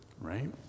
right